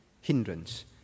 hindrance